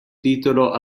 titolo